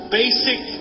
basic